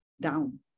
down